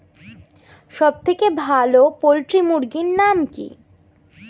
সবথেকে ভালো পোল্ট্রি মুরগির নাম কি?